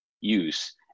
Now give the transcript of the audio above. use